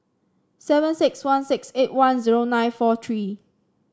seven six one six eight one zero nine four three